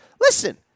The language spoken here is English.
Listen